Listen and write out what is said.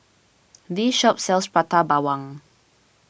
this shop sells Prata Bawang